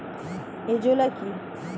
Azolla কি?